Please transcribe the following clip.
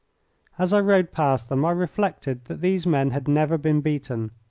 as i rode past them i reflected that these men had never been beaten,